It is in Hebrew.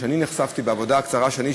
שנחשפתי בעבודה הקצרה שלי,